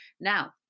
Now